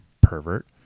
pervert